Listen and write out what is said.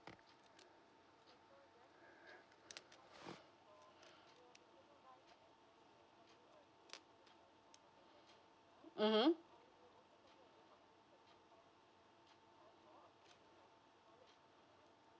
mmhmm